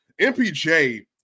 MPJ